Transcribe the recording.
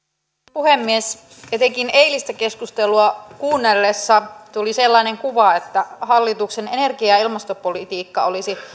puhemies etenkin eilistä keskustelua kuunnellessa tuli sellainen kuva että hallituksen energia ja ilmastopolitiikka olisi